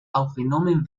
aufgenommen